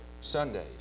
Sundays